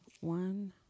One